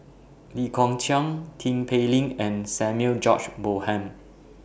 Lee Kong Chian Tin Pei Ling and Samuel George Bonham